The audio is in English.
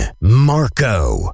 Marco